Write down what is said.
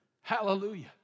Hallelujah